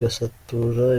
gasatura